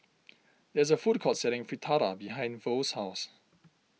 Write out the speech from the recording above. there is a food court selling Fritada behind Verl's house